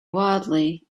wildly